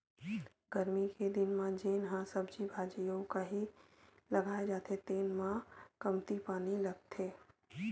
गरमी के दिन म जेन ह सब्जी भाजी अउ कहि लगाए जाथे तेन म कमती पानी लागथे